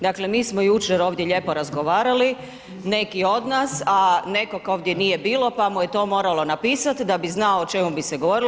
Dakle mi smo jučer ovdje lijepo razgovarali neki od nas, a nekog ovdje nije bilo pa mu je to moralo napisat da bi znao o čemu bi se govorilo.